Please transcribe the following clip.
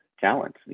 talent